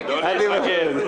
באמת התחלה טובה לכנסת ה-22.